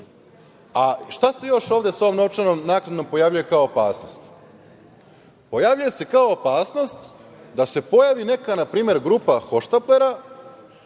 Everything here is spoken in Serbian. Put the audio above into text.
se još ovde sa ovom novčanom naknadom pojavljuje kao opasnost? Pojavljuje se kao opasnost da se pojavi neka npr. grupa hohštaplera,